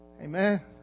Amen